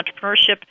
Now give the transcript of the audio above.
entrepreneurship